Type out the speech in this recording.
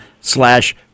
slash